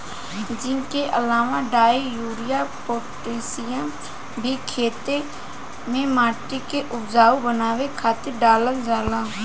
zinc के अलावा डाई, यूरिया, पोटैशियम भी खेते में माटी के उपजाऊ बनावे खातिर डालल जाला